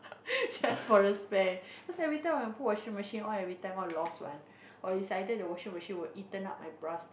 just for a spare cause every time I put washing machine all every time all lost one or is either the washing machine will eaten up my bra still